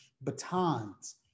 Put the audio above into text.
batons